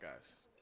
guys